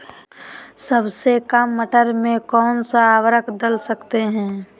सबसे काम मटर में कौन सा ऊर्वरक दल सकते हैं?